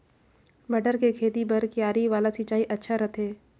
मटर के खेती बर क्यारी वाला सिंचाई अच्छा रथे?